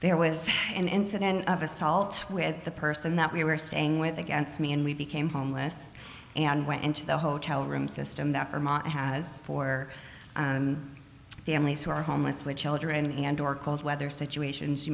there was an incident of assault with the person that we were staying with against me and we became homeless and went into the hotel room system that has four families who are homeless which children and or cold weather situations you